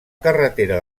carretera